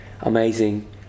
amazing